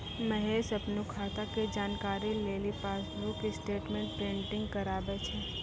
महेश अपनो खाता के जानकारी लेली पासबुक स्टेटमेंट प्रिंटिंग कराबै छै